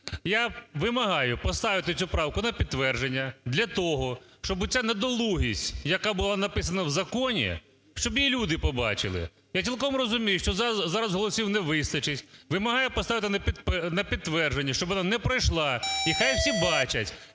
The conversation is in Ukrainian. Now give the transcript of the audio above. Я вимагаю поставити цю правку на підтвердження для того, щоб оця недолугість, яка була написана в законі, щоб її люди побачили. Я цілком розумію, що зараз голосів не вистачить, вимагаю поставити на підтвердження, щоб вона не пройшла і хай всі бачать,